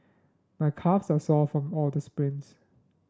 my calves are sore from all the sprints